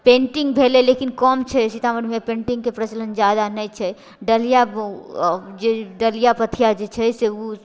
painting भेलै लेकिन कम छै सीतामढ़ीमे पेंटिंगके प्रचलन जादा नहि छै डलिया जे के डलिया पथिया जे छै से उ